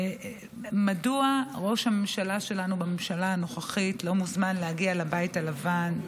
מדוע ראש הממשלה שלנו בממשלה הנוכחית לא מוזמן להגיע לבית הלבן?